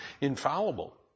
infallible